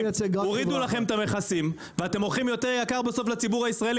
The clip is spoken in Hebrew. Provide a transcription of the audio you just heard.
הורידו לכם את המכסים ואתם מוכרים יותר יקר בסוף לציבור הישראלי.